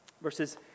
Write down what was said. Verses